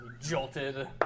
Jolted